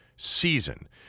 Season